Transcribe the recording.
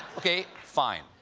okay. fine,